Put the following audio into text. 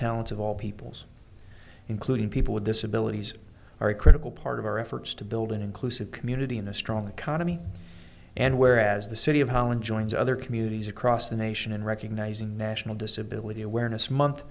talents of all peoples including people with disabilities are a critical part of our efforts to build an inclusive community in a strong economy and where as the city of holland joins other communities across the nation and recognizing national disability awareness month